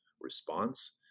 response